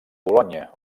bolonya